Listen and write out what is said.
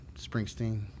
Springsteen